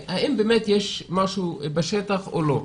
אם יש משהו בשטח או לא.